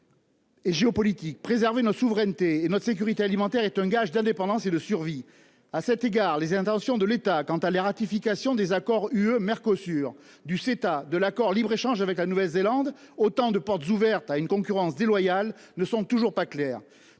Et géopolitique préserver notre souveraineté et notre sécurité alimentaire, est un gage d'indépendance et de survie. À cet égard les intentions de l'État quant à la ratification des accords UE-Mercosur du CETA de l'Accord libre-échange avec la Nouvelle-Zélande. Autant de porte ouverte à une concurrence déloyale ne sont toujours pas claires,